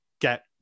get